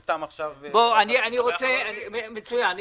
מצוין.